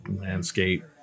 landscape